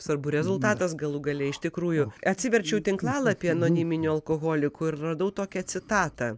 svarbu rezultatas galų gale iš tikrųjų atsiverčiau tinklalapį anoniminių alkoholikų ir radau tokią citatą